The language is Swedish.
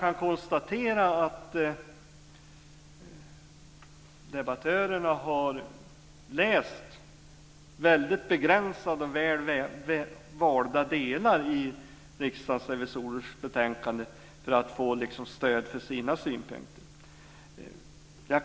Man kan konstatera att debattörerna har läst väldigt begränsade och väl valda delar i Riksdagens revisorers betänkande för att få stöd för sina synpunkter.